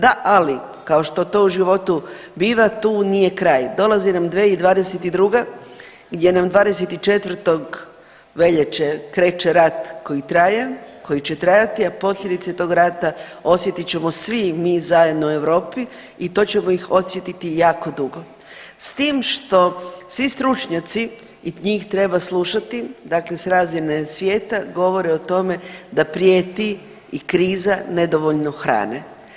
Da, ali kao što to u životu biva tu nije kraj, dolazi nam 2022. gdje nam 24. veljače kreće rat koji traje, koji će trajati, a posljedice tog rata osjetit ćemo svi mi zajedno u Europi i to ćemo ih osjetiti jako dugo s tim što svi stručnjaci i njih treba slušati dakle s razine svijeta govore o tome da prijeti i kriza nedovoljno hrane.